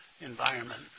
environment